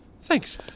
Thanks